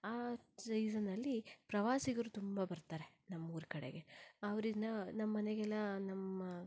ಆ ಸೀಸನಲ್ಲಿ ಪ್ರವಾಸಿಗರು ತುಂಬ ಬರ್ತಾರೆ ನಮ್ಮ ಊರ ಕಡೆಗೆ ಅವ್ರಿನ ನಮ್ಮನೆಗೆಲ್ಲ ನಮ್ಮ